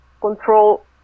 control